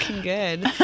good